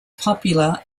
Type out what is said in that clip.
popular